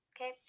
okay